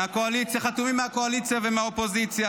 חתומים מהקואליציה ומהאופוזיציה,